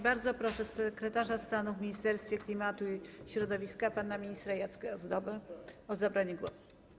Bardzo proszę sekretarza stanu w Ministerstwie Klimatu i Środowiska pana ministra Jacka Ozdobę o zabranie głosu.